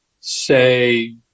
say